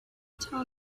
tell